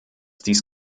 dies